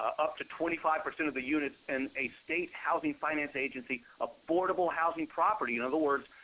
up to twenty five percent of the units, in a state housing finance agency affordable housing property. in other words,